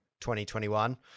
2021